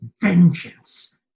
vengeance